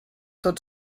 tot